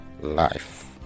life